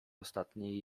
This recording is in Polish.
ostatniej